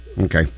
okay